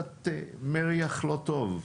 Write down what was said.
קצת מריח לא טוב,